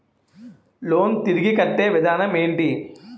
Loan తిరిగి కట్టే విధానం ఎంటి?